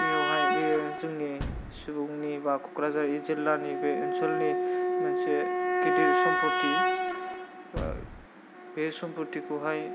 बेवहाय बे जोंनि सुबुंनि बा क'क्राझार जिल्लानि बे ओनसोलनि मोनसे गिदिर सम्प'थि बे सम्प'थिखौहाय